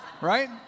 Right